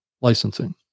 licensing